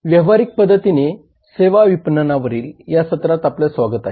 व्यावहारिक पद्धतीने सेवा विपणनावरील या सत्रात आपले स्वागत आहे